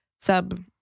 sub